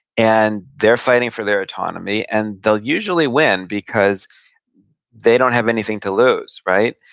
and they're fighting for their autonomy, and they'll usually win, because they don't have anything to lose, right?